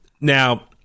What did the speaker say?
Now